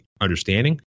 understanding